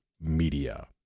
Media